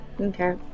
Okay